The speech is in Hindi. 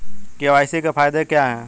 के.वाई.सी के फायदे क्या है?